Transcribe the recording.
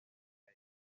rey